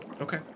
Okay